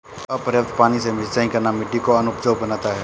अपर्याप्त पानी से सिंचाई करना मिट्टी को अनउपजाऊ बनाता है